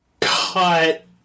Cut